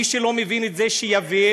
מי שלא מבין את זה, שיבין.